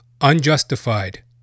unjustified